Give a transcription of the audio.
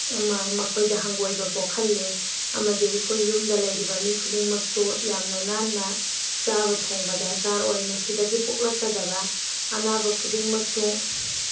ꯃꯈꯣꯏꯗ ꯍꯪꯒꯣꯏꯕ ꯄꯣꯛꯍꯜꯂꯤ ꯑꯃꯗꯤ ꯑꯩꯈꯣꯏ ꯌꯨꯝꯗ ꯂꯩꯔꯤꯕ ꯃꯤ ꯈꯨꯗꯤꯡꯃꯛꯁꯨ ꯌꯥꯝꯅ ꯅꯥꯟꯅ ꯆꯥꯕ ꯊꯣꯡꯕ ꯗꯔꯀꯥꯔ ꯑꯣꯏ ꯃꯁꯤꯗꯒ ꯄꯣꯛꯂꯛꯀꯗꯕ ꯑꯅꯥꯕ ꯈꯨꯗꯤꯡꯃꯛꯁꯨ